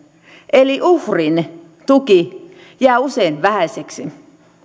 eli uhrin tuki jää usein vähäiseksi